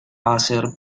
hacer